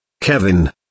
Kevin